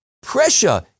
pressure